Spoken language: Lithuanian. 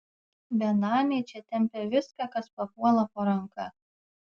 benamiai čia tempia viską kas papuola po ranka